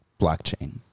blockchain